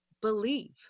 believe